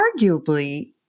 arguably